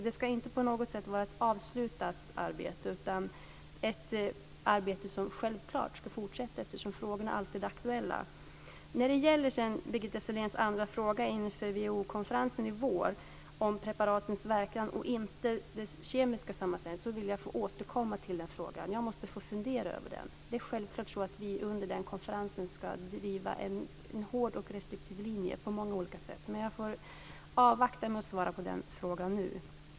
Det ska inte på något sätt vara ett avslutat arbete, utan ett arbete som självklart ska fortsätta, eftersom frågorna alltid är aktuella. Till Birgitta Selléns andra fråga, att inför WHO konferensen i vår ta upp om preparatens verkan och inte deras kemiska sammansättning ska vara avgörande, vill jag få återkomma. Jag måste få fundera över den. Vi ska självklart under den konferensen på många olika sätt driva en hård och restriktiv linje. Men jag får avvakta med att svara på den frågan.